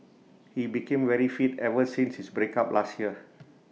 he became very fit ever since his breakup last year